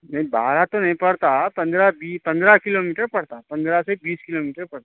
نہیں بارہ تو نہیں پڑتا پندرہ بیس پندرہ کلو میٹر پڑتا پندرہ سے بیس کلو میٹر پڑتا